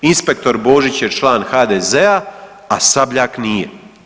Inspektor Božić je član HDZ-a, a Sabljak nije.